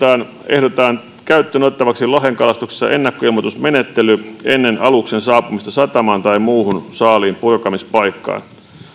ehdotetaan käyttöön otettavaksi lohenkalastuksessa ennakkoilmoitusmenettely ennen aluksen saapumista satamaan tai muuhun saaliin purkamispaikkaan